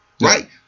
right